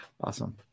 awesome